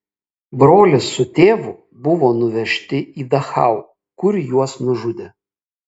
brolis su tėvu buvo nuvežti į dachau kur juos nužudė